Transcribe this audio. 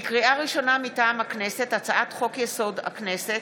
לקריאה ראשונה, מטעם הכנסת: הצעת חוק-יסוד: הכנסת